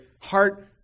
heart